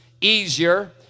Easier